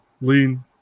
lean